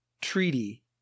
treaty